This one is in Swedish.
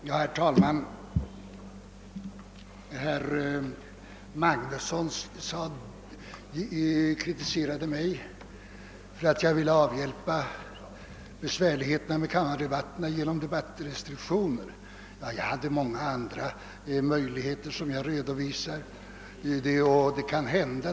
Herr talman! Herr Magnusson i Tumhult kritiserade mig för att jag ville avhjälpa besvärligheterna i kammardebatterna genom debattrestriktioner. Jag vill dock påpeka att jag också redovisade många andra möjligheter.